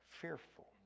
fearful